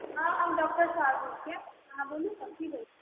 हॅं हम दफ्फ्तर सॅं आबै छियै की कहै छियै